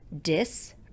dis